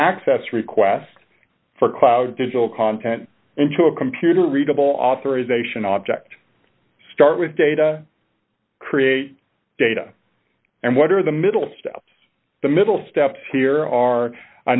access request for cloud digital content into a computer readable authorization object start with data create data and what are the middle steps the middle steps here are a